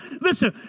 Listen